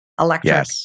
electric